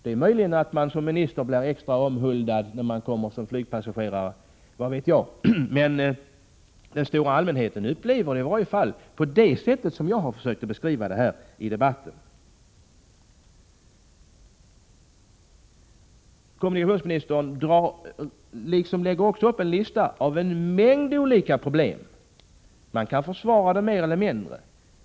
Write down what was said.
Det är möjligt att man som minister blir extra omhuldad när man kommer som flygpassagerare, vad vet jag. Men den stora allmänheten upplever i alla fall situationen på det sätt som jag har försökt beskriva här i debatten. Kommunikationsministern lägger också fram en lista med en mängd olika problem. Man kan försvara dem mer eller mindre.